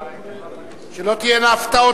שלא תהיינה הפתעות.